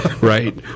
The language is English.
Right